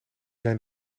zijn